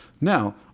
Now